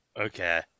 Okay